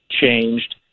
changed